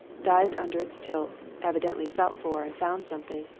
dived under its tilt, evidently felt for and found something,